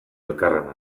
elkarren